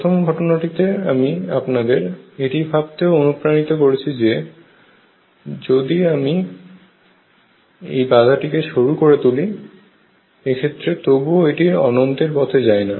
প্রথম ঘটনাটিতে আমি আপনাদের এটি ভাবতেও অনুপ্রাণিত করেছি যে আমি যদি এই বাধাটিকে সরু করে তুলি এক্ষেত্রে তবুও এটি অনন্তের পথে যায় না